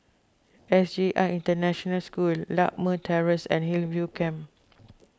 S J I International School Lakme Terrace and Hillview Camp